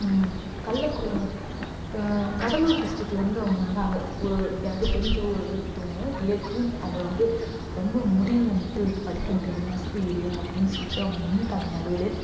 கள்ளக்கு கடலூர் டிஸ்ட்ரிக்லேருந்து அவங்க வந்தாங்க ஒரு எனக்கு தெரிஞ்ச ஒருத்தவங்க ரிலேட்டிவ் அவங்க வந்து ரொம்ப முடியிலைன்ட்டு படிக்க முடியல வசதி இல்லை அப்படின்னு சொல்லிட்டு அவங்க நின்றுட்டாங்க நடுவிலேயே